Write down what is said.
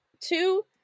Two